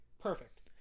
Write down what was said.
perfect